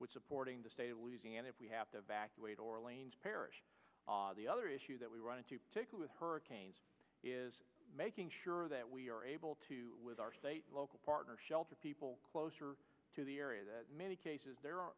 with supporting the state of louisiana if we have to evacuate orleans parish the other issue that we wanted to take with hurricanes is making sure that we are able to with our state local partner shelter people closer to the area that many cases there